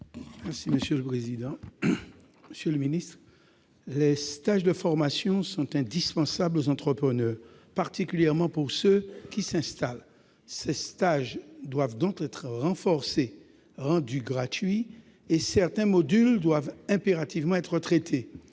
: La parole est à M. Maurice Antiste. Les stages de formation sont indispensables aux entrepreneurs, en particulier à ceux qui s'installent. Ces stages doivent donc être renforcés, rendus gratuits, et certains modules doivent impérativement être traités.